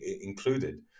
included